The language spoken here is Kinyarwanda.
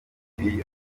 iyi